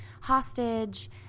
hostage